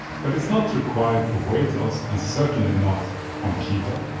but it's not required for weight loss and certainly not on keto.